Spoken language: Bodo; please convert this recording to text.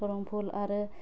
धरमफुल आरो